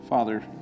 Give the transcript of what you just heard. Father